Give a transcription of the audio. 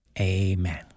amen